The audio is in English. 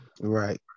Right